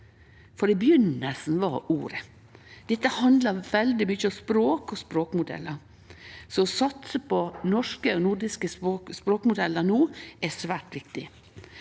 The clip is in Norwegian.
For i begynninga var ordet. Dette handlar veldig mykje om språk og språkmodellar. Å satse på norske og nordiske språkmodellar no er svært viktig.